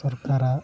ᱥᱚᱨᱠᱟᱨᱟᱜ